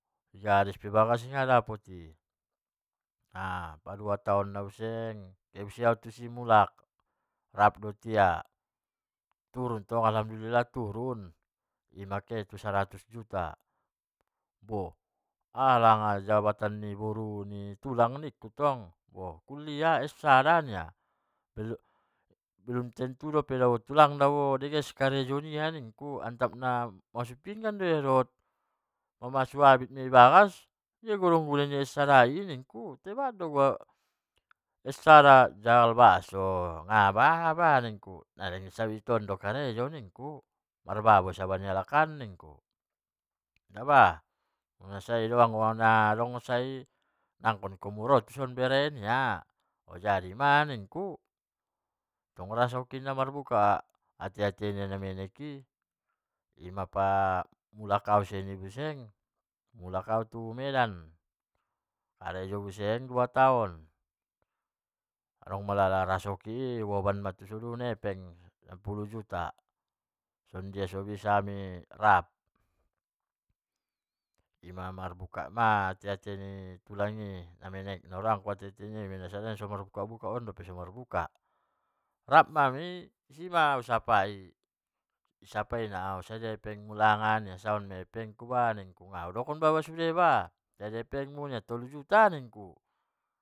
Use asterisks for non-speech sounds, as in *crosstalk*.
I gadis pe bagas nadapot i, *hesitation* padua taon na buseng lek kehe au tusi mulak rap dohot ia, turun tong alhamdulillah turun muli kehe tu saratus juta, ahalai jabatan ni boru ni tulang nikku tong, bo kuliah es sada nia, belum tentu dabo tulang jeges karejo nia nikku, ettap namambasu pinggan do ia dot mambasu abit i bagas dia dong guna nia es sada i nikku bahat do es sada arjagal bakso nikku lek na isawit kon do harejo marbabo di saba ni halak an nikku, inda bah leng sai do anggo nadong sai nakkon so ro amu tuson bere oh jadi ma nikku, dung adong rasokin marbuka ate-ate nia na menek i, ima pa mulak au sian i buseng, mulak au tu medan harejo buseng dua taon, adong ma pala rasoki i u oban ma tusadun hepeng sappuluh juta son dia ma so bisa hami rap, in ma marbuka ma ate-ate i ni na menek, naroakku nara o marbuka-buka on dope ra marbuka-buka, isima isapai au sadia hepeng mu isi naudongkon ude ma tolu juta nikku.